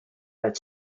had